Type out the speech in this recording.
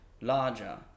larger